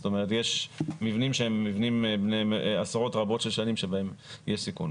יש מבנים שהם בני עשרות רבות של שנים שבהם יש סיכון.